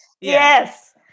Yes